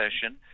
session